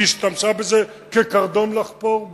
היא השתמשה בזה כקרדום לחפור בו.